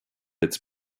its